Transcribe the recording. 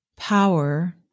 power